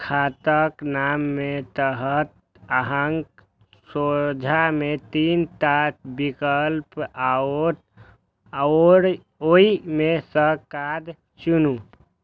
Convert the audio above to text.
खाताक नाम के तहत अहांक सोझां मे तीन टा विकल्प आओत, ओइ मे सं कार्ड चुनू